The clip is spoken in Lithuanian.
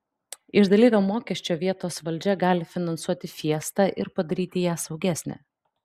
iš dalyvio mokesčio vietos valdžia gali finansuoti fiestą ir padaryti ją saugesnę